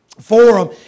forum